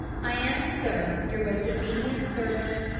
i am, sir, your most obedient servant,